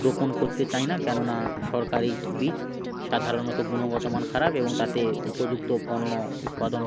রোপণ করতে চায় না কেননা সরকারি বীজ সাধারণত গুণগত মান খারাপ এবং তাতে উপযুক্ত পণ্য উৎপাদন